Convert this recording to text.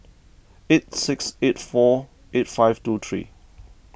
eight six eight four eight five two three